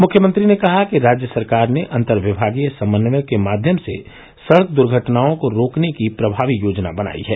मुख्यमंत्री ने कहा कि राज्य सरकार ने अंतर्विमागीय समन्वय के माध्यम से सड़क द्धटनाओं को रोकने की प्रभावी योजना बनाई है